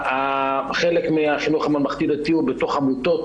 חלק מהחינוך הממלכתי-דתי הוא בתוך עמותות